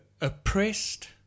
oppressed